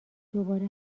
دوباره